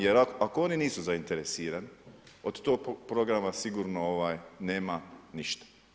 Jer ako nisu zainteresirani, od tog programa sigurno nema ništa.